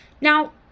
Now